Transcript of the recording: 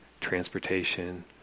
transportation